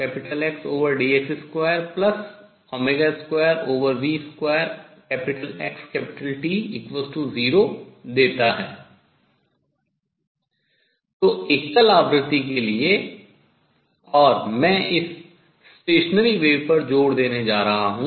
तो एक एकल आवृत्ति के लिए और मैं इस अप्रगामी तरंग पर जोर देने जा रहा हूँ